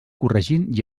corregint